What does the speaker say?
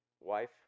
wife